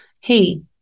Hey